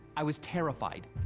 i was terrified.